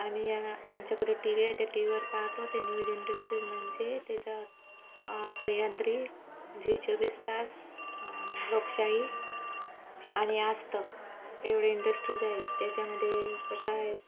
आणि आमच्याकडे T V आहे ते टी व्हीवर पाहतो ते न्यूज इंडस्ट्रीज म्हणजे त्याचा सह्याद्री झी चोवीस तास लोकशाही आणि आजतक एवढे इंडस्ट्रीज आहेत त्याच्यामध्ये कसा आहे